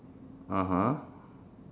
(uh huh)